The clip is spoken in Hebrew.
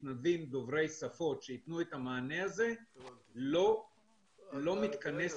מתנדבים דוברי שפות שייתנו את המענה הזה לא מתכנסת בתקציב הזה.